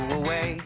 away